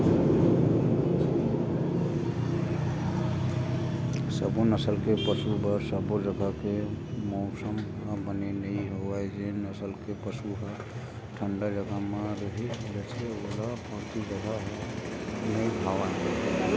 सबो नसल के पसु बर सबो जघा के मउसम ह बने नइ होवय जेन नसल के पसु ह ठंडा जघा म रही लेथे ओला बाकी जघा ह नइ भावय